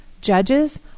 judges